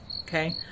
Okay